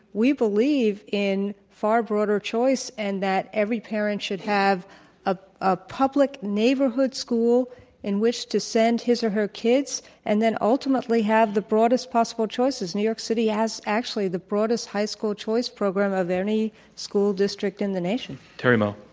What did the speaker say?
we believe in far broader choice and that every parent should have a ah public neighborhood school in which to send his or her kids and then ultimately have the broadest possible choices. new york city has actually the broadest high school choice program of any school district in the nation. terry moe.